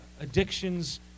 addictions